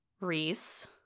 Reese